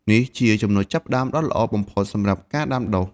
នេះជាចំណុចចាប់ផ្ដើមដ៏ល្អបំផុតសម្រាប់ការដាំដុះ។